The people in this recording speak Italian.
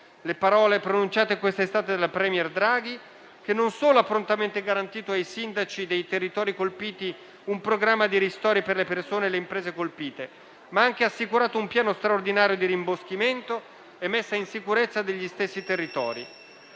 le parole pronunciate questa estate dal *premier* Draghi, che non solo ha prontamente garantito ai sindaci dei territori colpiti un programma di ristori per le persone e le imprese colpite, ma ha anche assicurato un piano straordinario di rimboschimento e messa in sicurezza degli stessi territori.